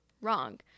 wrong